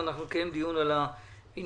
אני מדבר על 20 מיליון של שנה שעברה.